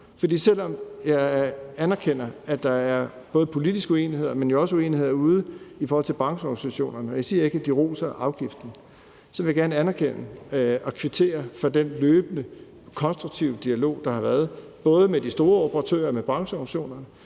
For selv om jeg anerkender, at der er både politisk uenighed, men også uenighed derude i forhold til brancheorganisationerne – jeg siger ikke, at de roser afgiften – så vil jeg gerne anerkende og kvittere for den løbende konstruktive dialog, der har været, både med de store operatører, brancheorganisationerne,